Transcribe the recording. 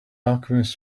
alchemists